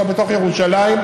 לנסוע בתוך ירושלים,